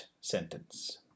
sentence